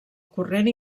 corrent